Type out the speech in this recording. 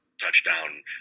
touchdown